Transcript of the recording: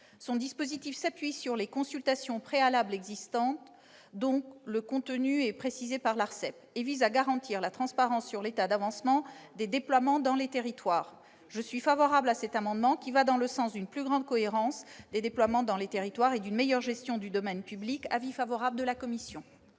amendement s'appuie sur les consultations préalables existantes, dont le contenu est précisé par l'ARCEP, et vise à garantir la transparence quant à l'état d'avancement des déploiements dans les territoires. Ces dispositions vont dans le sens d'une plus grande cohérence des déploiements dans les territoires et d'une meilleure gestion du domaine public. Aussi, la commission